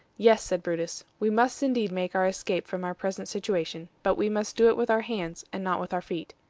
yes, said brutus, we must indeed make our escape from our present situation, but we must do it with our hands, and not with our feet.